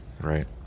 Right